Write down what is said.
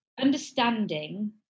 understanding